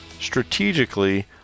strategically